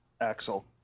Axel